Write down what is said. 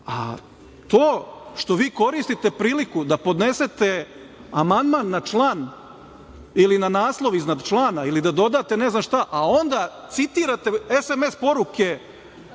što vi koristite tu priliku da podnesete amandman na član ili na naslov iznad člana ili da dodate ne znam šta, a onda citirate SMS poruke